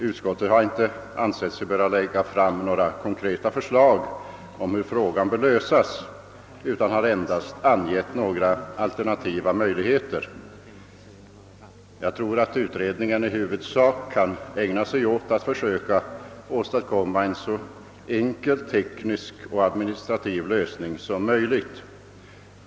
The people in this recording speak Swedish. Utskottet har inte ansett sig böra lägga fram några konkreta för slag om hur problemet bör lösas utan har endast angett några alternativa möjligheter. Jag tror att utredningen i huvudsak kan ägna sig åt att försöka åstadkomma en så enkel teknisk och administrativ lösning som möjligt.